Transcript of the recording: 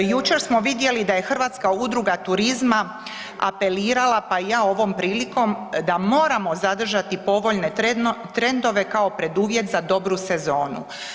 Jučer smo vidjeli da je Hrvatska udruga turizma apelirala pa i ja ovom prilikom, da moramo zadržati povoljne trendove kao preduvjet za dobru sezonu.